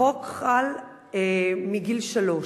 החוק חל מגיל שלוש.